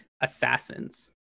assassins